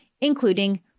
including